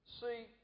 See